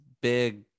big